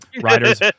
Riders